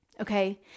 Okay